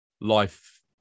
life